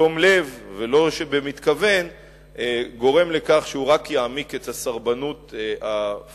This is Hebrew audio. בתום לב ולא שבמתכוון גורם לכך שהוא רק יעמיק את הסרבנות הפלסטינית,